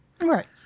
right